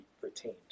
retained